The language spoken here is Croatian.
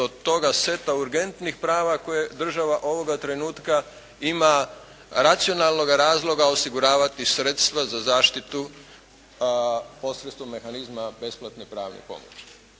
do toga seta urgentnih prava koje država ovoga trenutka ima racionalnoga razloga osiguravati sredstva za zaštitu posredstvom mehanizma besplatne pravne pomoći.